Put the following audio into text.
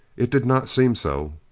it did not seem so.